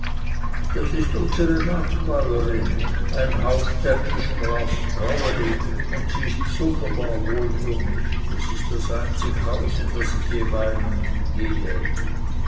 das ist unsere nachbäurin es hauptäntisch bravs fraueli und sie ist bsunderbar wohl für mich es ist ds einzig hus in das ich so jeweilen gehe